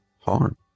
harm